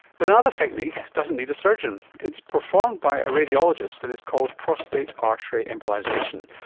but another technique doesn't need a surgeon. it's performed by a radiologist and it's called prostate artery embolisation.